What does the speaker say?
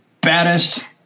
baddest